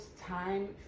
time